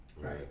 Right